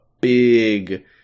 big